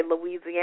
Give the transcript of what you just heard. Louisiana